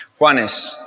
Juanes